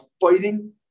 fighting